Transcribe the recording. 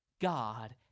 God